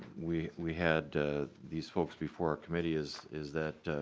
we we had a these folks before committee is is that.